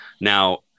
Now